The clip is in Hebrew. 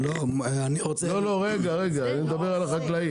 אני מדבר על החקלאי.